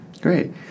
Great